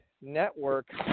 Network